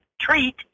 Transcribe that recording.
treat